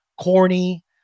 corny